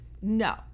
No